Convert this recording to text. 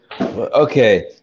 Okay